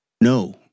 No